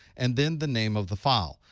and then the name of the file.